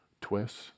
twists